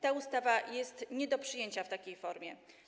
Ta ustawa jest nie do przyjęcia w takiej formie.